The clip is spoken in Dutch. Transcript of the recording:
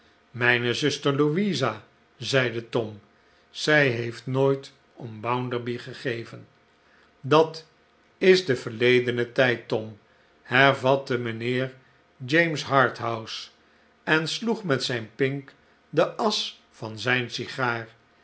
mijne zuster louisa zeide tom zij heeft nooit om bounderby gegeven dat is de verledene tljd tom hervatte mijnheer james harthouse en sloeg met zijn pink de asch van zijne sigaar